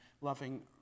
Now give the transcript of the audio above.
loving